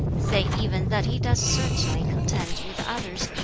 say even that he does certainly contend with others,